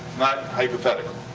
not hypothetical.